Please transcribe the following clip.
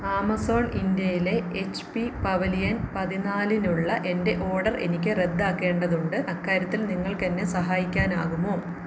Amazon ഇൻഡ്യയിലെ H P Pavilion പതിനാലിനുള്ള എൻ്റെ ഓഡർ എനിക്ക് റദ്ദാക്കേണ്ടതുണ്ട് അക്കാര്യത്തിൽ നിങ്ങൾക്കെന്നെ സഹായിക്കാനാകുമോ